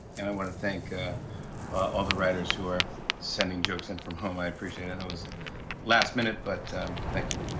and i want to thank all the writers who are sending jokes in from home. i appreciate it, and it was last minute, but thank you.